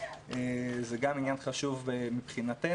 זה גם עניין חשוב מבחינתנו,